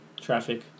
Traffic